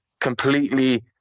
completely